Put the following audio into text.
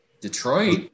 Detroit